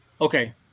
okay